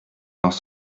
dans